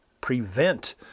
prevent